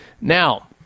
Now